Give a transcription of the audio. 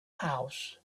house